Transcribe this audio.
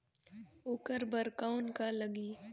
ओकर बर कौन का लगी?